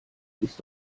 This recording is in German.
ist